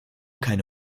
keine